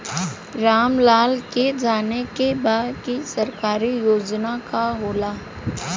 राम लाल के जाने के बा की सरकारी योजना का होला?